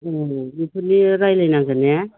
ए बिफोरनि रायलायनांगोन ने